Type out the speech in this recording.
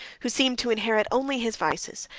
who seemed to inherit only his vices,